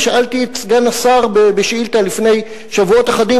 ושאלתי את סגן השר בשאילתא לפני שבועות אחדים,